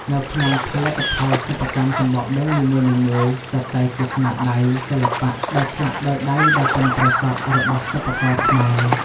នៅក្នុងផលិតផលសិប្បកម្មសំបកដូងនីមួយៗសុទ្ធតែជាស្នាដៃសិល្បៈដែលឆ្លាក់ដោយដៃដ៏ប៉ិនប្រសប់របស់សិប្បករខ្មែរ។